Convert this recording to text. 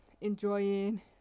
enjoying